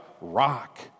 Rock